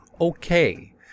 okay